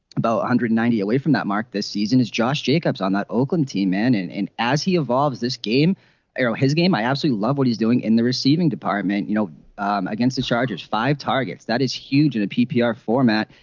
hundred and ninety away from that mark this season is josh jacobs on that oakland team man and and as he evolves this game um know his game i absolutely love what he's doing in the receiving department you know against the chargers five targets. that is huge in a ppr format.